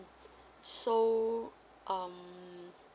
so um